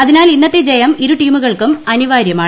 അതിനാൽ ഇന്നത്തെ ജയം ഇരുടീമുകൾക്കും അനിവാര്യമാണ്